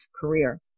career